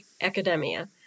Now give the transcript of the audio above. Academia